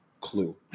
clue